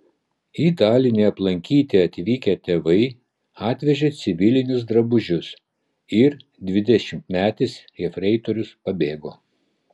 į dalinį aplankyti atvykę tėvai atvežė civilinius drabužius ir dvidešimtmetis jefreitorius pabėgo